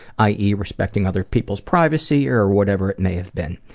i. e. respecting other people's privacy or whatever it may have been.